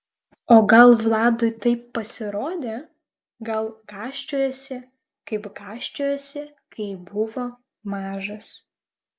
o gal vladui taip pasirodė gal gąsčiojasi kaip gąsčiojosi kai buvo mažas